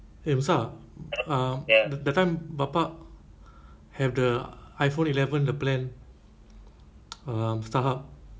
eh hamzah um that time bapak have the iphone eleven the plan um starhub